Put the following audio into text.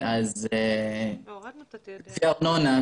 לפי הארנונה,